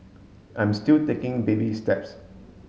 I'm still taking baby steps